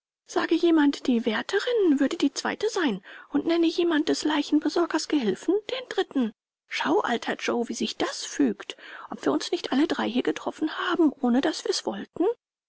sage jemand die wärterin würde die zweite sein und nenne jemand des leichenbesorgers gehilfen den dritten schau alter joe wie sich das fügt ob wir uns nicht alle drei hier getroffen haben ohne daß wir's wollten